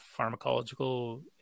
pharmacological